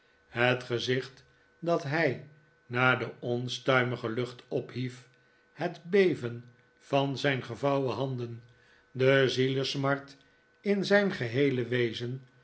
het gezicht dat hij naar de onstuimige lucht ophief het beven van zijn gevouwen handen de zielesmart in zijn geheele wezen